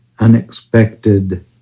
Unexpected